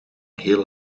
heel